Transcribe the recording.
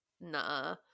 nah